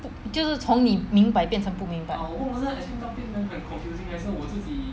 就是从你明白变成不明白